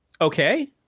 okay